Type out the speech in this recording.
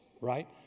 right